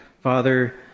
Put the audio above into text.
Father